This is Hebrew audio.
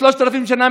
3,000 שנה,